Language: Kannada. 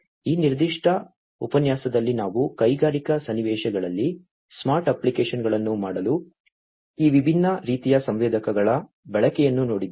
ಆದ್ದರಿಂದ ಈ ನಿರ್ದಿಷ್ಟ ಉಪನ್ಯಾಸದಲ್ಲಿ ನಾವು ಕೈಗಾರಿಕಾ ಸನ್ನಿವೇಶಗಳಲ್ಲಿ ಸ್ಮಾರ್ಟ್ ಅಪ್ಲಿಕೇಶನ್ಗಳನ್ನು ಮಾಡಲು ಈ ವಿಭಿನ್ನ ರೀತಿಯ ಸಂವೇದಕಗಳ ಬಳಕೆಯನ್ನು ನೋಡಿದ್ದೇವೆ